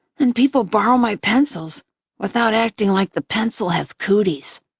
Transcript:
and people borrow my pencils without acting like the pencil has cooties.